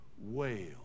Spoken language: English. wail